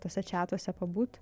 tuose četuose pabūt